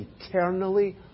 eternally